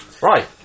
right